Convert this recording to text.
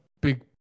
big